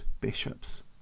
bishops